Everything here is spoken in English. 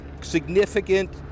significant